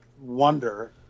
wonder